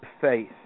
faith